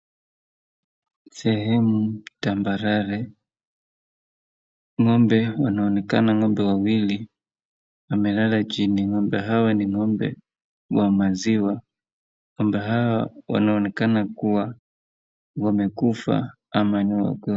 Sehemu tambarare ng'ombe wanaonekana ng'ombe wawili wamelala chini ng'ombe hawa ni ng'ombe wa maziwa ng'ombe hawa wanaonekana kuwa wamekufa ama ni wagonjwa .